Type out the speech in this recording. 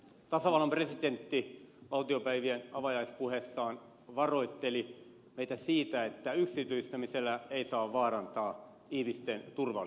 tasavallan presidentti valtiopäivien avajaispuheessaan varoitteli meitä siitä että yksityistämisellä ei saa vaarantaa ihmisten turvallisuutta